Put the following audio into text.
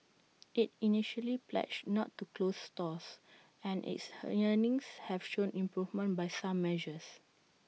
IT initially pledged not to close stores and its earnings have shown improvement by some measures